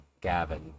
Gavin